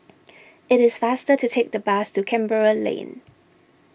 it is faster to take the bus to Canberra Lane